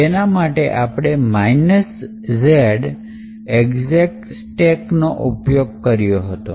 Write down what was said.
એના માટે આપણે z execstack નો ઉપયોગ કર્યો હતો